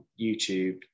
YouTube